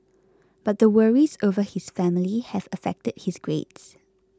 but the worries over his family have affected his grades